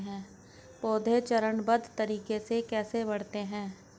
पौधे चरणबद्ध तरीके से कैसे बढ़ते हैं?